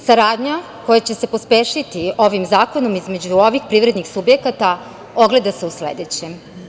Saradnja koja će se pospešiti ovim zakonom između ovih privrednih subjekata ogleda se u sledećem.